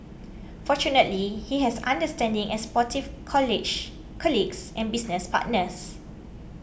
fortunately he has understanding and supportive college colleagues and business partners